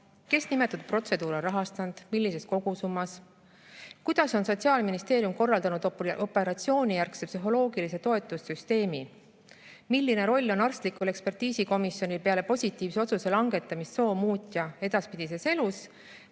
Kes on nimetatud protseduure rahastanud, millises kogusummas? Kuidas on Sotsiaalministeerium korraldanud operatsioonijärgse psühholoogilise toetussüsteemi? Milline roll on arstlikul ekspertiisikomisjonil peale positiivse otsuse langetamist soomuutja edaspidises elus?